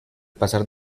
pasar